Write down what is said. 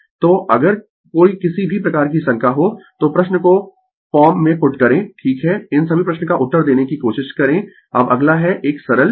तो अगर कोई किसी भी प्रकार की शंका हो तो प्रश्न को फॉर्म में पुट करें ठीक है इन सभी प्रश्न का उत्तर देने की कोशिश करें अब अगला है एक सरल चीज लें